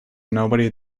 nobody